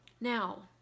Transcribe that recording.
Now